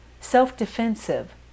self-defensive